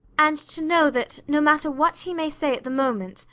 and to know that, no matter what he may say at the moment,